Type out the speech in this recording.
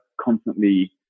constantly